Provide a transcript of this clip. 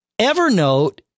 evernote